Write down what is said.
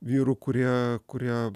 vyrų kurie kurie